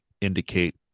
indicate